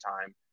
time